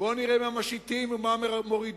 בואו נראה מה משיתים ומה מורידים,